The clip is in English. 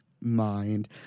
mind